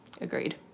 Agreed